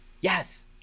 yes